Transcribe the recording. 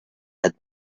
had